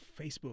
Facebook